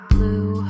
Blue